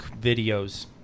videos